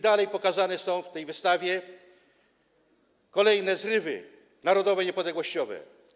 Dalej pokazane są na tej wystawie kolejne zrywy narodowo-niepodległościowe.